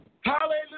Hallelujah